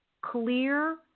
clear